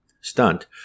stunt